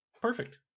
Perfect